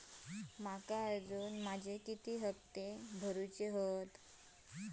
माका अजून माझे किती हप्ते भरूचे आसत?